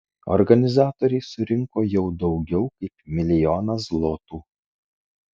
organizatoriai surinko jau daugiau kaip milijoną zlotų